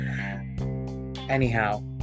Anyhow